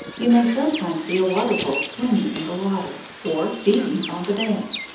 you may sometimes see a water-vole swimming in the water, or feeding on the bank.